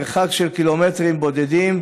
מרחק של קילומטרים בודדים,